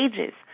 ages